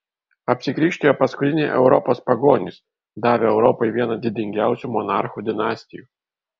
apsikrikštijo paskutiniai europos pagonys davę europai vieną didingiausių monarchų dinastijų